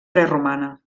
preromana